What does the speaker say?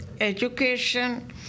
education